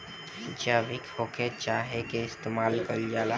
जैविक होखे चाहे अजैविक खेती दुनो में अलग किस्म के मशीन के इस्तमाल कईल जाला